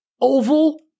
oval